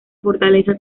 fortaleza